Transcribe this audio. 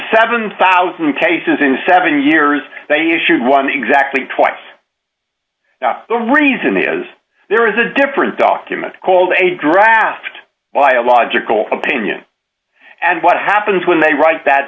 seven thousand cases in seven years they issued one exactly twice the reason is there is a different document called a draft biological opinion and what happens when they write that